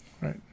right